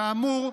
כאמור,